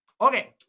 Okay